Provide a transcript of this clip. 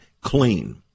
Clean